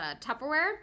Tupperware